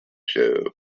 show